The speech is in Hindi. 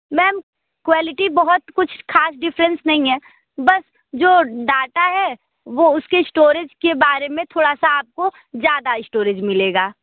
मैम क्वालिटी बहुत कुछ ख़ास डिफरेंस नहीं है बस जो डाटा है वह उसके स्टोरेज के बारे में थोड़ा सा आपको ज़्यादा स्टोरेज मिलेगा